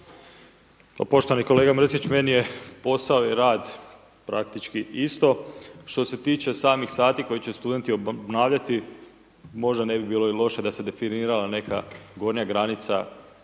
poštovani kolega Mrsić, meni je posao i rad praktički isto. Što se tiče samih sati koje će studenti obnavljati, možda ne bi bilo loše i da se definirala neka gornja granica